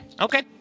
Okay